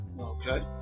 Okay